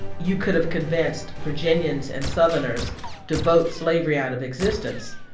you could have convinced virginians and southerners to vote slavery out of existence.